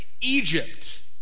Egypt